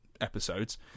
episodes